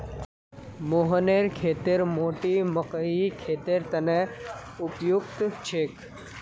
मोहनेर खेतेर माटी मकइर खेतीर तने उपयुक्त छेक